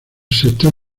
sector